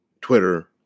Twitter